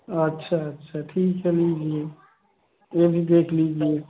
अच्छा अच्छा ठीक है लीजिए ये भी देख लीजिए